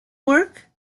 work